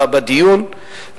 בדיון,